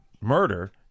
murder